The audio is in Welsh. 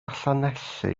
llanelli